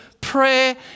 prayer